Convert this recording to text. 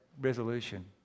resolution